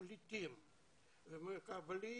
פליטים ומקבלים